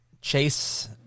Chase